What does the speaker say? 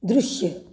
दृश्य